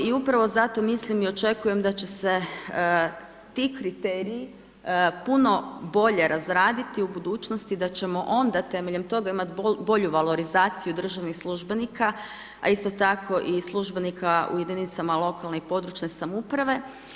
I upravo zato mislim i očekujem da će se ti kriteriji puno bolje razraditi u budućnosti da ćemo onda temeljem toga imati bolju valorizaciju državnih službenika a isto tako i službenika u jedinicama lokalne i područne samouprave.